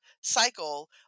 cycle